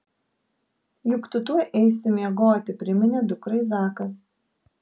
juk tu tuoj eisi miegoti priminė dukrai zakas